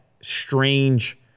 strange